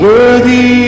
Worthy